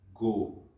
go